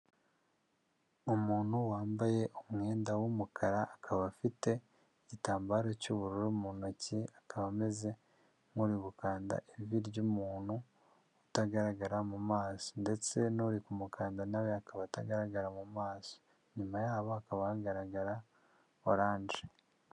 Umuntu wambaye umwenda w'umukara akaba afite igitambaro cy'ubururu mu ntoki, akaba ameze nk'uri gukanda ivi ry'umuntu utagaragara mu maso ndetse n'uri kumukanda nawe akaba atagaragara mu maso,i nyuma yaho hakaba hagaragara oranje.